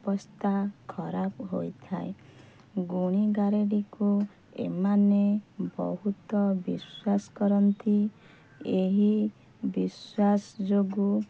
ଅବସ୍ଥା ଖରାପ ହୋଇଥାଏ ଗୁଣିଗାରେଡ଼ିକୁ ଏମାନେ ବହୁତ ବିଶ୍ଵାସ କରନ୍ତି ଏହି ବିଶ୍ଵାସ ଯୋଗୁଁ